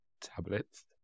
tablets